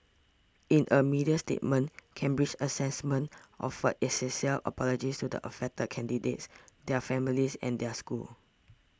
in a media statement Cambridge Assessment offered its sincere apologies to the affected candidates their families and their schools